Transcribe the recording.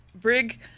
Brig